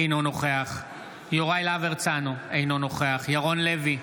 אינו נוכח יוראי להב הרצנו, אינו נוכח ירון לוי,